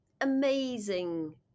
amazing